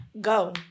go